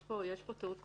יש פה טעות קונספטואלית.